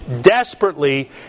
desperately